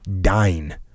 Dine